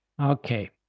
Okay